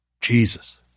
Jesus